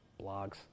Blogs